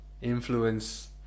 influence